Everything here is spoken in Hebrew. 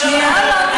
שנייה,